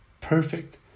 perfect